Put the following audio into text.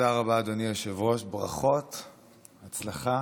תודה רבה, אדוני היושב-ראש, ברכות, הצלחה.